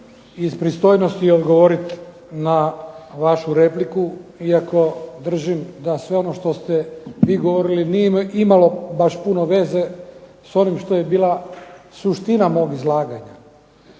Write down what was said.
iz pristojnosti odgovoriti na vašu repliku iako držim da sve ono što ste vi govorili nije imalo baš puno veze s onim što je bila suština mog izlaganja.